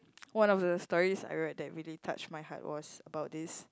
one of the stories I read that really touched my heart was about this